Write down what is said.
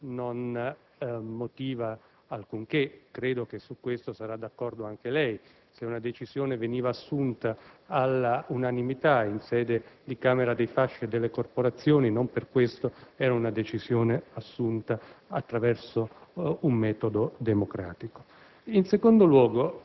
in sede ARAN non motiva alcunché. Credo che su questo sarà d'accordo anche lei; se una decisione veniva assunta all'unanimità in sede di Camera dei fasci e delle corporazioni, non per questo era una decisione assunta attraverso un metodo di democrazia